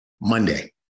Monday